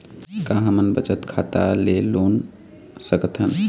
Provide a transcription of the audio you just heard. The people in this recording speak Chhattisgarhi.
का हमन बचत खाता ले लोन सकथन?